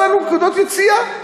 עשה לנו נקודות יציאה.